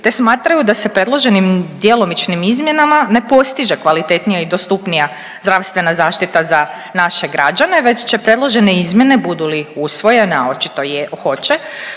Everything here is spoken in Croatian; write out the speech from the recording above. te smatraju da se predloženim djelomičnim izmjenama ne postiže kvalitetnija i dostupnija zdravstvena zaštita za naše građane, već će predložene izmjene budu li usvojene, a očito hoće,